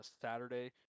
Saturday